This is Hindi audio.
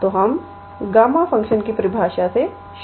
तो हम गामा फ़ंक्शन की परिभाषा के साथ शुरू करते हैं